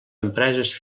empreses